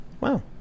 wow